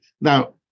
now